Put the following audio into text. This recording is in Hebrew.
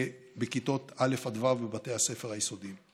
בכיתות א' עד ו' בבתי הספר היסודיים.